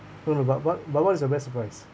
think about what but what is your best surprise